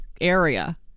area